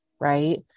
Right